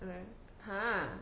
oh ha